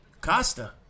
Costa